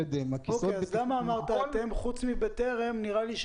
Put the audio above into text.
חוץ מארגון בטרם,